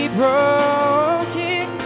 broken